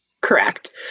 Correct